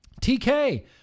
TK